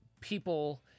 people